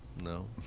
No